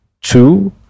two